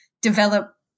develop